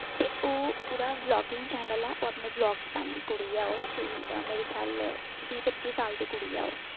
ते ओह् ओह्दा ब्लॉगिंग चैनल ऐ ओह् अपने ब्लॉगस पांदी कुड़ी ऐ ओह् कोई मेरे ख्याल बीह् पच्ची साल दी कुड़ी ऐ ओह्